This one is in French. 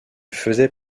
faisait